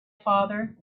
father